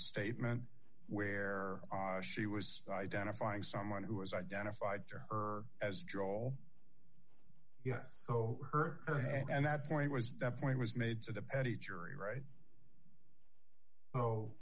statement where she was identifying someone who was identified to her as drawl yes so her and that point was that point was made to the petit jury right